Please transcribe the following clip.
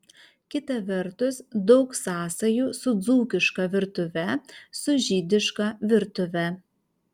kita vertus daug sąsajų su dzūkiška virtuve su žydiška virtuve